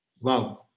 Wow